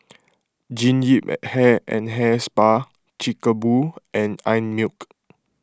Jean Yip Hair and Hair Spa Chic A Boo and Einmilk